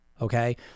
okay